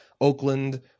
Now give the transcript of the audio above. Oakland